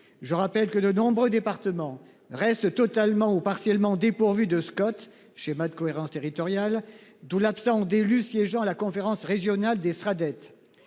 Je rappelle que de nombreux départements restent totalement ou partiellement dépourvu de Scott schéma de cohérence territoriale. D'où l'absence d'élus siégeant à la conférence régionale des sera